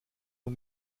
nur